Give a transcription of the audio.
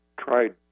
tried